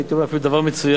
הייתי אומר אפילו דבר מצוין,